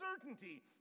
certainty